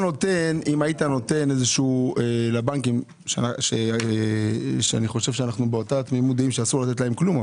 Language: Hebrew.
נותן לבנקים שאני חושב שאנו בתמימות דעים שלא צריך לתת להם כלום,